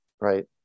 Right